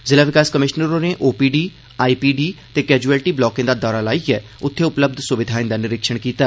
जिला विकास कमिशनर होरें ओपीडी आईपीडी ते कैजुएलिटी ब्लार्के दा दौरा लाइयै उत्थें उपलब्ध सुविधाएं दा निरीक्षण कीता